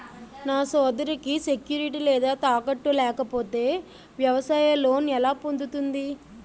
నా సోదరికి సెక్యూరిటీ లేదా తాకట్టు లేకపోతే వ్యవసాయ లోన్ ఎలా పొందుతుంది?